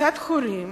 קבוצת הורים,